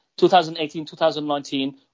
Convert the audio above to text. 2018-2019